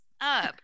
up